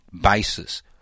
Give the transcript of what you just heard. basis